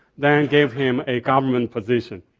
then gave him a government position.